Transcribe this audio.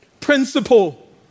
Principle